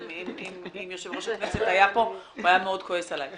כן יש מישהו שמאוד חשוב לו להגיד משהו לפני הדיון